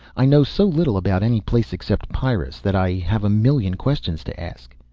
i know so little about any place except pyrrus that i have a million questions to ask.